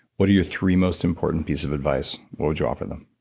what are your three most important pieces of advice? what would you offer them?